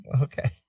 okay